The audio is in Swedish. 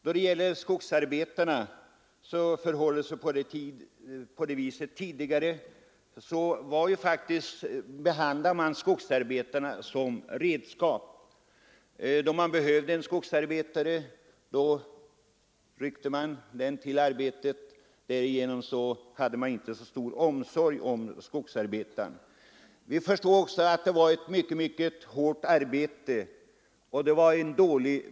Då det gäller skogsarbetarna förhåller det sig på det viset att man tidigare faktiskt behandlade skogsarbetarna som redskap. Då man behövde en skogsarbetare ryckte man en sådan till arbetet. Därmed visade man inte särskilt stor omsorg om skogsarbetaren. Det var ett mycket hårt arbete, och betalningen var dålig.